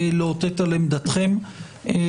ולאותת על עמדתכם.